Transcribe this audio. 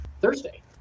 thursday